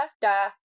da